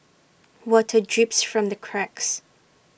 water drips from the cracks